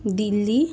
Delhi